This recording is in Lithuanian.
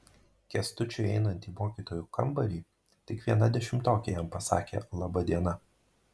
kęstučiui einant į mokytojų kambarį tik viena dešimtokė jam pasakė laba diena